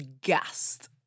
gassed